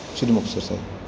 ਸ਼੍ਰੀ Muktsar ਸਾਹਿਬ